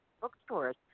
bookstores